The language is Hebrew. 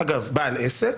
אגב, בעל עסק.